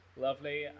lovely